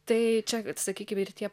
tai čia sakykim ir tie